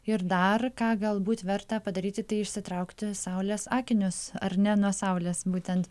ir dar ką galbūt verta padaryti tai išsitraukti saulės akinius ar ne nuo saulės būtent